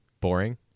Boring